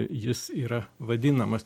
jis yra vadinamas